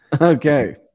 Okay